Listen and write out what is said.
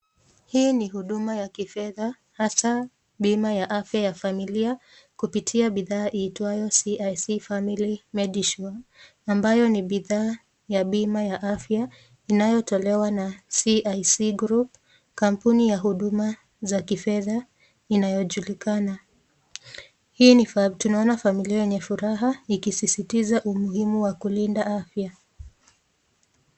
Hii ni huduma ya kifedha hasa bima ya afya ya familia kupitia bidhaa iitwayo CIC Family Medicinal ambayo ni bidhaa ya bima ya afya inayotolewa na CIC Group, kampuni ya huduma za kifedha inayojulikana. Hii ni, tunaona familia yenye furaha ikisisitiza umuhimu wa kulinda afya.